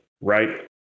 right